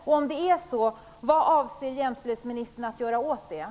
Om hon delar min oro undrar jag: Vad avser jämställdhetsministern att göra åt detta?